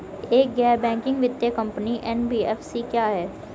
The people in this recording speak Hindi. एक गैर बैंकिंग वित्तीय कंपनी एन.बी.एफ.सी क्या है?